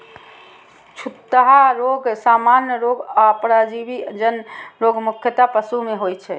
छूतहा रोग, सामान्य रोग आ परजीवी जन्य रोग मुख्यतः पशु मे होइ छै